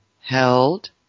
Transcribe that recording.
held